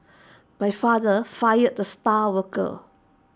my father fired the star worker